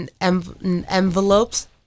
Envelopes